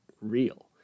real